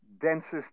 densest